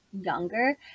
younger